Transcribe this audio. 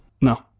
No